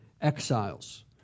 exiles